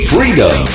Freedom